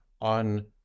on